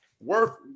worth